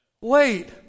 Wait